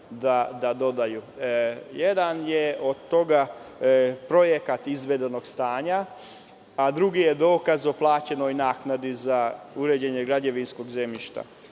da dostave. Jedan je projekat izvedenog stanja, a drugi je dokaz o plaćenoj naknadi za uređenje građevinskog zemljišta.